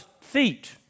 feet